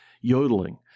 yodeling